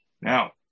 Now